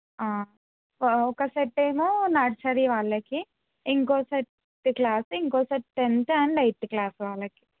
ఒక సెట్ ఏమో నర్సరీ వాళ్ళకి ఇంకో సెట్ ఇట్లా ఇంకో set tenth and eighth class వాళ్ళకి